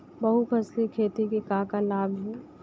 बहुफसली खेती के का का लाभ हे?